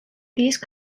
these